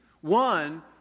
one